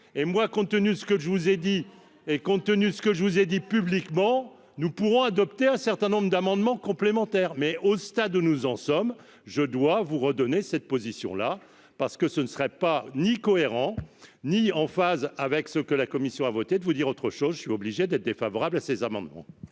et moi compte tenu, ce que je vous ai dit et compte tenu, ce que je vous ai dit publiquement, nous pourrons adopter un certain nombre d'amendements complémentaires mais au stade où nous en sommes, je dois vous redonner cette position là, parce que ce ne serait pas ni cohérent ni en phase avec ce que la commission a voté de vous dire autre chose, je suis obligé d'être défavorable à ces amendements.